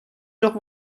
doch